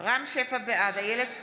בעד איילת שקד,